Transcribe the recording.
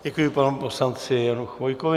Děkuji panu poslanci Janu Chvojkovi.